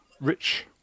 rich